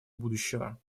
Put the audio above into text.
будущего